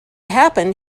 happened